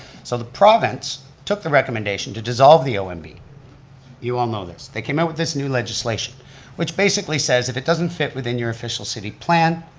so the province took the recommendation to dissolve the ah and omb. you all know this, they came out with this new legislation which basically says if it doesn't fit within your official city plan,